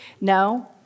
No